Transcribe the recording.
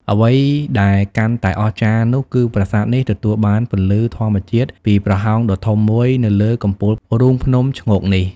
អ្វីដែលកាន់តែអស្ចារ្យនោះគឺប្រាសាទនេះទទួលបានពន្លឺធម្មជាតិពីប្រហោងដ៏ធំមួយនៅលើកំពូលរូងភ្នំឈ្ងោកនេះ។